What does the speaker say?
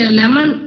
lemon